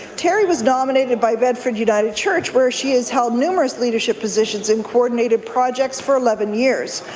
terry was nominated by bedford united church where she has held numerous leadership positions and coordinated projects for eleven years.